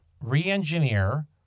re-engineer